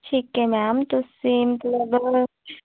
ਠੀਕ ਹੈ ਮੈਮ ਤੁਸੀਂ ਮਤਲਬ